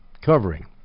Covering